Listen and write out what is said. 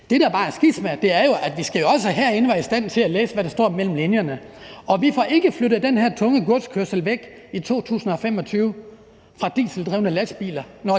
Det, der bare er skismaet, er jo, at vi jo også herinde skal være i stand til at læse, hvad der står mellem linjerne. Og vi får ikke flyttet den her tunge godskørsel væk fra dieseldrevne lastbiler